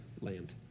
land